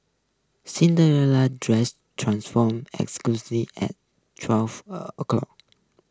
Cinderella's dress transformed exactly at twelve o'clock